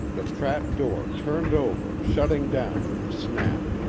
the trapdoor turned over, shutting down with a snap.